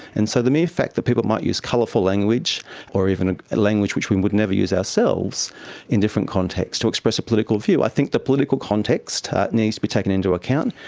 and so the mere fact that people might use colourful language or even a language which we would never use ourselves in different contexts to express a political view, i think the political context needs to be taken into account.